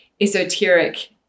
esoteric